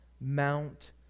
mount